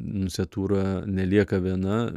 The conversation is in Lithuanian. nunciatūra nelieka viena